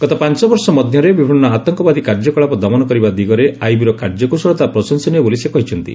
ଗତ ପାଞ୍ଚ ବର୍ଷ ମଧ୍ୟରେ ବିଭିନ୍ନ ଆତଙ୍କବାଦୀ କାର୍ଯ୍ୟକଳାପ ଦମନ କରିବା ଦିଗରେ ଆଇବିର କାର୍ଯ୍ୟକୁଶଳତା ପ୍ରଶଂସନୀୟ ବୋଲି ସେ କହିଛନ୍ତି